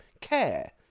care